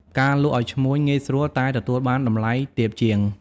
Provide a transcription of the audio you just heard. ការលក់ឲ្យឈ្មួញ ងាយស្រួល តែទទួលបានតម្លៃទាបជាង។